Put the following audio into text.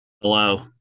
Hello